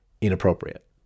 inappropriate